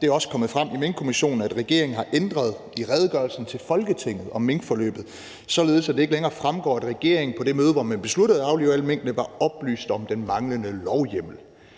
Det er også kommet frem i Minkkommissionen, at regeringen har ændret i redegørelsen til Folketinget om minkforløbet, således at det ikke længere fremgår, at regeringen på det møde, hvor man besluttede at aflive alle minkene, var oplyst om den manglende lovhjemmel.